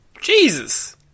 Jesus